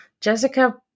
Jessica